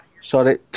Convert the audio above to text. Sorry